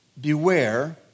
Beware